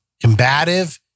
combative